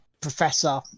professor